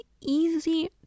easy